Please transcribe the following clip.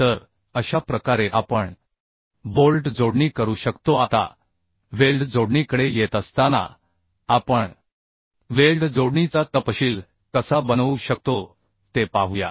तर अशा प्रकारे आपण बोल्ट जोडणी करू शकतो आता वेल्ड जोडणीकडे येत असताना आपण वेल्ड जोडणीचा तपशील कसा बनवू शकतो ते पाहूया